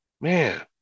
man